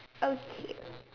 okay